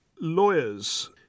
lawyers